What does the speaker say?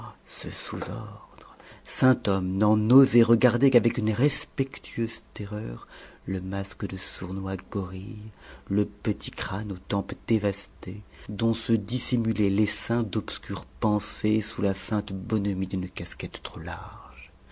ce sous ordre sainthomme n'en osait regarder qu'avec une respectueuse terreur le masque de sournois gorille le petit crâne aux tempes dévastées dont se dissimulait l'essaim d'obscurs pensers sous la feinte bonhomie d'une casquette trop large